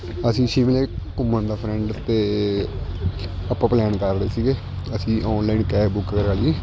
ਅਸੀਂ ਸ਼ਿਮਲੇ ਘੁੰਮਣ ਦਾ ਫਰੈਂਡ ਅਤੇ ਆਪਾਂ ਪਲੈਨ ਕਰ ਰਹੇ ਸੀਗੇ ਅਸੀਂ ਔਨਲਾਈਨ ਕੈਬ ਬੁੱਕ ਕਰਾ ਲਈ